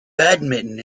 badminton